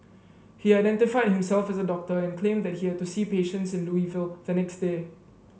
he identified himself as a doctor and claimed that he had to see patients in Louisville the next day